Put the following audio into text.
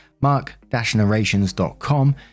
mark-narrations.com